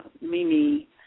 Mimi